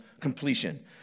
completion